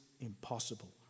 impossible